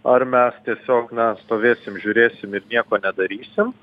ar mes tiesiog na stovėsim žiūrėsim ir nieko nedarysim